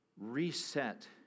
reset